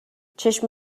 چشم